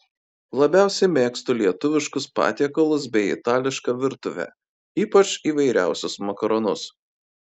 labiausiai mėgstu lietuviškus patiekalus bei itališką virtuvę ypač įvairiausius makaronus